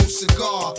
cigar